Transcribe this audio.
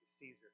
Caesar